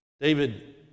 David